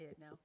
now